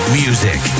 music